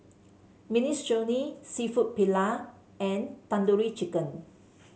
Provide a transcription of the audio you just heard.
Minestrone seafood Paella and Tandoori Chicken